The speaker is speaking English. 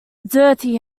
dirty